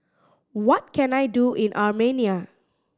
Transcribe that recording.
what can I do in Armenia